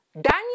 Daniel